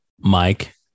mike